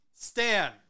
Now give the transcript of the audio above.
Stan